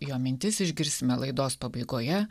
jo mintis išgirsime laidos pabaigoje